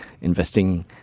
investing